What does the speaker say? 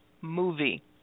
movie